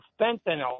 fentanyl